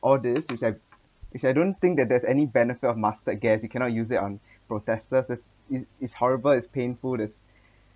all this which have which I don't think that there's any benefit of mustard gas you cannot use it on protesters as it is horrible it's painful this